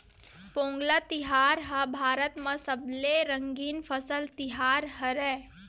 पोंगल तिहार ह भारत म सबले रंगीन फसल तिहार हरय